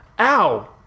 Ow